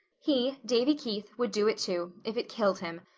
he, davy keith, would do it too, if it killed him.